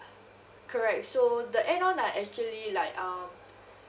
correct so the add on are actually like um